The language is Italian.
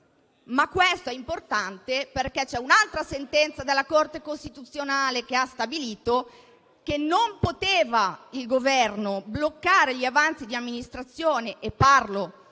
Questo è importante, perché c'è un'altra sentenza della Corte costituzionale che ha stabilito che il Governo non poteva bloccare gli avanzi di amministrazione - parlo